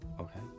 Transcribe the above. Okay